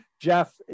Jeff